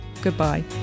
goodbye